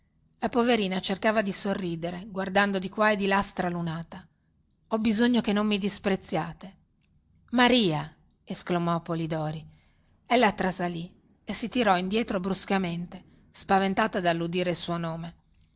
la poverina cercava di sorridere guardando di qua e di là stralunata ho bisogno che non mi disprezziate maria esclamò polidori ella trasalì e si tirò indietro bruscamente spaventata dalludire il suo nome